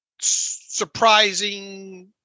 surprising